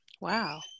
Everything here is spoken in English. Wow